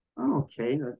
okay